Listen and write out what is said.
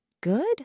good